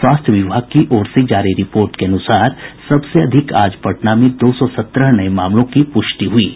स्वास्थ्य विभाग की ओर से जारी रिपोर्ट के अनुसार सबसे अधिक आज पटना में दो सौ सत्रह नये मामलों की पुष्टि हुई है